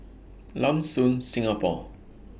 Lam Soon Singapore